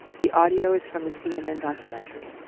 the audio is from the cnn documentary